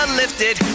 lifted